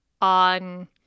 on